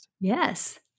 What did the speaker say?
Yes